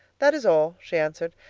that is all, she answered.